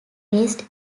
raised